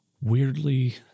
weirdly